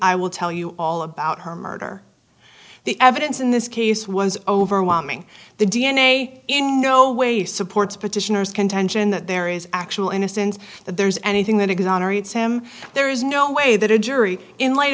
i will tell you all about her murder the evidence in this case was overwhelming the d n a in no way supports petitioner's contention that there is actual innocence that there is anything that exonerates him there is no way that a jury in light